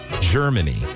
Germany